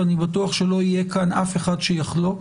ואני בטוח שלא יהיה אף אחד שיחלוק